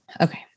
okay